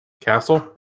castle